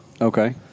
Okay